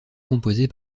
composée